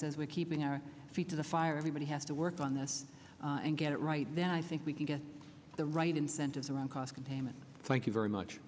says we're keeping our feet to the fire everybody has to work on this and get it right then i think we can get the right incentives around cost containment thank you very much